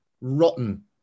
rotten